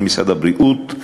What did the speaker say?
של משרד הבריאות,